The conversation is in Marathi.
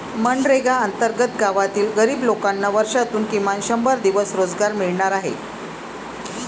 मनरेगा अंतर्गत गावातील गरीब लोकांना वर्षातून किमान शंभर दिवस रोजगार मिळणार आहे